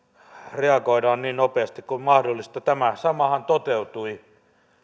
reagoidaan niin nopeasti kuin mahdollista tämä samahan toteutui